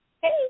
Hey